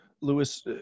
Lewis